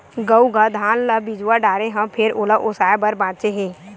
अउ गा धान ल मिजवा डारे हव फेर ओला ओसाय बर बाचे हे